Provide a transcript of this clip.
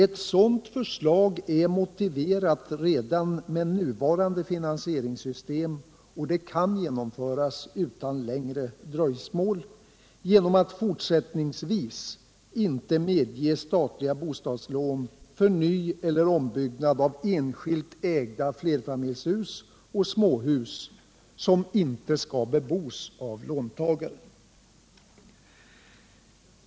Ett sådant förslag är motiverat redan med nuvarande finansieringssystem och kan genomföras utan längre dröjsmål, genom att fortsättningsvis inte medge statliga bostadslån för nyeller ombyggnad av enskilt ägda flerfamiljshus och småhus som inte skall bebos av låntagaren.